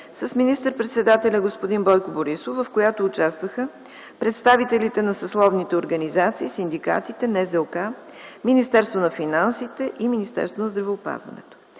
с министър-председателя господин Бойко Борисов, в която участваха представителите на съсловните организации, синдикатите, НЗОК, Министерството на финансите и Министерството на здравеопазването.